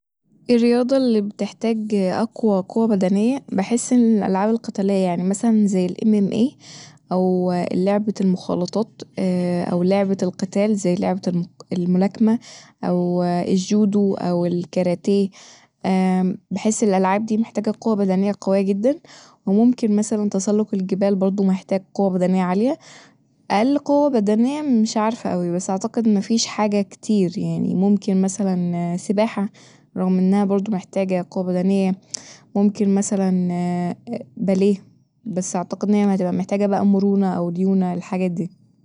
اي الرياضة اللي بتحتاج أقوى قوة بدنية بحس إن الألعاب القتالية يعني مثلا زي الإم إم إيه أو اللعبة المخالطات أو لعبة القتال زي لعبة الم- الملاكمة أو الجودو أو الكاراتيه بحس الألعاب دي محتاجة قوة بدنية قوية جدا وممكن مثلا تسلق الجبال برضه محتاج قوة بدنية عالية ، أقل قوة بدنية مش عارفه أوي بس أعتقد مفيش حاجة كتير يعني ممكن مثلا سباحة رغم انها برضه محتاجة قوة بدنية ممكن مثلا باليه بس أعتقد إن هي هتبقى محتاجة بقى مرونة او ليونة الحاجات دي